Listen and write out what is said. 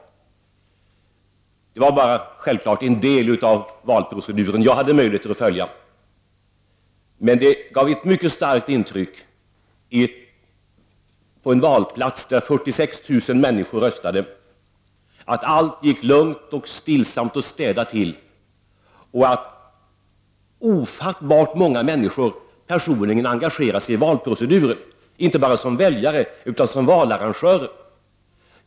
Självfallet hade jag möjlighet att följa bara en del av valproceduren, men det var ett mycket starkt intryck att allt gick lugnt, stillsamt och städat till på en valplats där 46 000 människor röstade och att ofattbart många människor personligen engagerade sig i valproceduren, inte bara som väljare utan som valarrangörer.